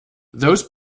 those